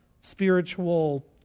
spiritual